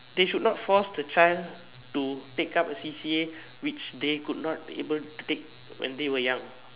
they should not force the child to take up a C_C_A which they could not be able to take when they were young